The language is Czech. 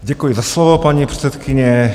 Děkuji za slovo, paní předsedkyně.